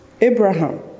Abraham